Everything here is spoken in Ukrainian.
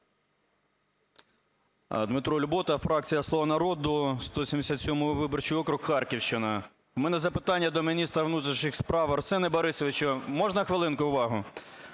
Дмитро Любота, фракція "Слуга народу", 177 виборчій округ, Харківщина. В мене запитання до міністра внутрішніх справ. Арсене Борисовичу, можна хвилинку уваги.